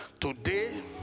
Today